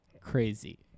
Crazy